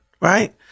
Right